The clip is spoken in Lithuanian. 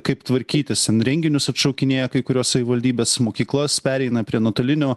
kaip tvarkytis ten renginius atšaukinėja kai kurios savivaldybės mokyklas pereina prie nuotolinio